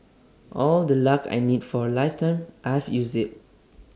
all the luck I need for A lifetime I've used IT